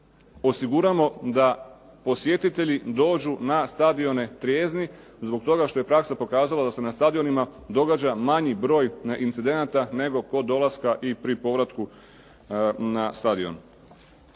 osiguramo da posjetitelji dođu na stadione trijezni zbog toga što je praksa pokazala da se na stadionima događa manji broj incidenata nego kod dolaska i pri povratku na stadion.